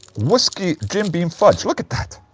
whisky jim beam fudge, look at that